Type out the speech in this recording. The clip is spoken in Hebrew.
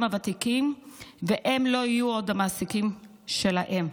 הוותיקים והם לא יהיו עוד המעסיקים שלהם.